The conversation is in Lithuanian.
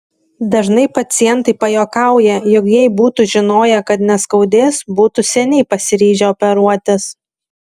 dažnai pacientai pajuokauja jog jei būtų žinoję kad neskaudės būtų seniai pasiryžę operuotis